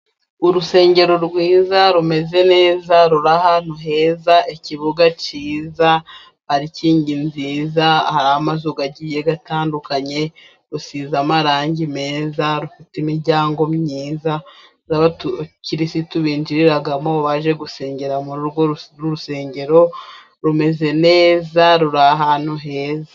Urusengero rwiza rumeze neza, rur'ahantu heza, ikibuga cyiza, parikingi nziza, hari amazu gagiye gatandukanye, rusize amarangi meza, rufite imiryango myiza, y'abakirisitu binjiriraragamo, baje gusengera mugo rusengero rumeze neza, ruri ahantu heza.